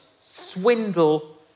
swindle